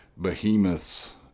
behemoths